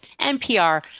NPR